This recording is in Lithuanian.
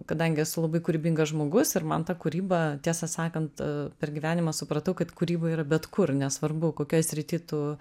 kadangi esu labai kūrybingas žmogus ir man ta kūryba tiesą sakant per gyvenimą supratau kad kūryba yra bet kur nesvarbu kokioj srity tu